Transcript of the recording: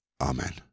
Amen